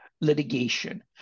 litigation